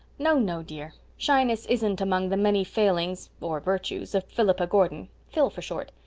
no, no, dear. shyness isn't among the many failings or virtues of philippa gordon phil for short.